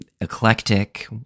eclectic